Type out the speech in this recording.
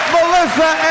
Melissa